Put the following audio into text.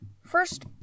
First